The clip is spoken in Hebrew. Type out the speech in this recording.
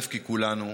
כי כולנו,